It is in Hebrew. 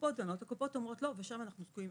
הקופות דנות, הקופות מסרבות ושם אנחנו תקועים.